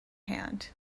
hand